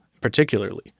particularly